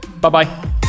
Bye-bye